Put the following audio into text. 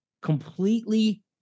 completely